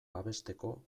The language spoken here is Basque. babesteko